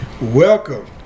Welcome